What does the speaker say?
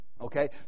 Okay